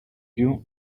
you